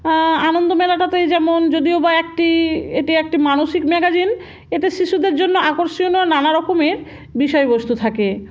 আনন্দমেলাটাতে যেমন যদিও বা একটি এটি একটি মানসিক ম্যাগাজিন এতে শিশুদের জন্য আকর্ষণীয় নানারকমের বিষয়বস্তু থাকে